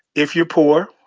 if you're poor,